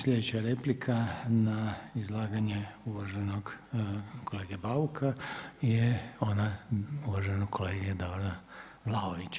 Sljedeća replika na izlaganje uvaženog kolege Bauka je ona uvaženog kolege Davora Vlaovića.